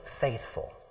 faithful